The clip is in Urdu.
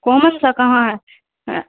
کومن سا کہاں ہے